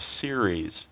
series